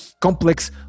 complex